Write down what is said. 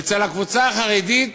אצל הקבוצה החרדית